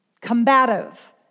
combative